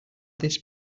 this